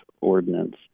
Ordinance